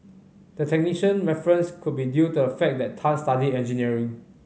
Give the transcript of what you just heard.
the technician reference could be due to the fact that Tan studied engineering